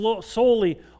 solely